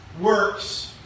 works